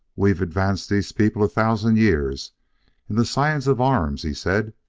we've advanced these people a thousand years in the science of arms, he said.